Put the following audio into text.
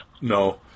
No